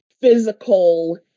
physical